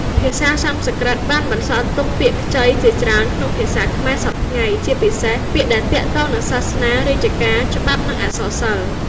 ភាសាសំស្ក្រឹតបានបន្សល់ទុក ពាក្យខ្ចី ជាច្រើនក្នុងភាសាខ្មែរសព្វថ្ងៃ ជាពិសេសពាក្យដែលទាក់ទងនឹងសាសនា រាជការ ច្បាប់ និងអក្សរសិល្ប៍។